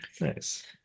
Nice